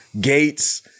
gates